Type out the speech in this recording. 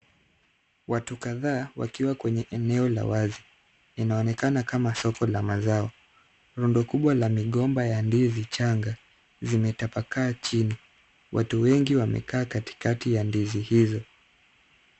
Watu kadhaa wakiwa kwenye eneo la wazi, inaonekana kama soko la mazao. Rundo kubwa la migomba ya ndizi changa zimetapakaa chini. Watu wengi wamekaa katikati ya ndizi hizo.